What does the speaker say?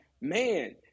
man